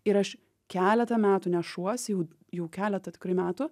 ir aš keletą metų nešuosi jau jau keletą tikrai metų